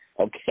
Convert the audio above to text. okay